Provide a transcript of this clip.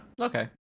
okay